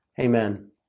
amen